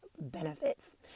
benefits